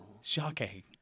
shocking